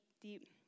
deep